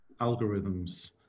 algorithms